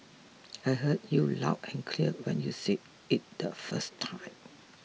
I heard you loud and clear when you said it the first time